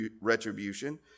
retribution